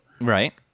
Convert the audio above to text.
Right